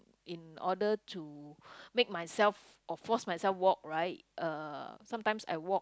in order to make myself or force myself walk right uh sometimes I walk